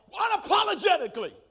unapologetically